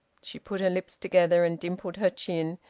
she put her lips together, and dimpled her chin,